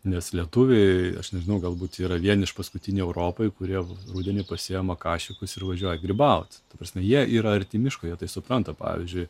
nes lietuviai aš nežinau galbūt yra vieni iš paskutinių europoje kurie rudenį pasiima kašikus ir važiuoja grybaut ta prasme jie yra arti miško jie tai supranta pavyzdžiui